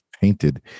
painted